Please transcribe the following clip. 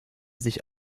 sich